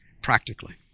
practically